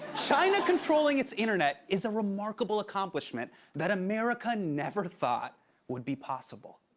china controlling its internet is a remarkable accomplishment that america never thought would be possible.